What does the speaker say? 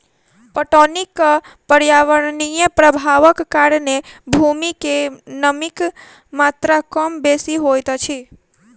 पटौनीक पर्यावरणीय प्रभावक कारणेँ भूमि मे नमीक मात्रा कम बेसी होइत अछि